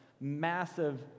massive